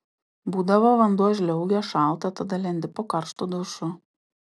būdavo vanduo žliaugia šalta tada lendi po karštu dušu